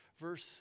verse